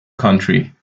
country